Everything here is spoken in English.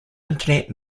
internet